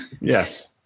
yes